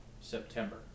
September